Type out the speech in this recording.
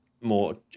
more